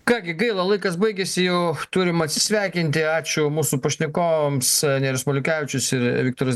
ką gi gaila laikas baigėsi jau turim atsisveikinti ačiū mūsų pašnekovams nerijus maliukevičius ir viktoras